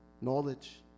knowledge